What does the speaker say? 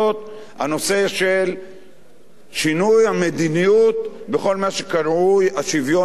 הנושא של שינוי המדיניות בכל מה שקרוי השוויון בנטל.